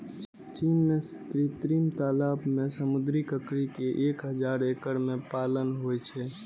चीन मे कृत्रिम तालाब मे समुद्री ककड़ी के एक हजार एकड़ मे पालन होइ छै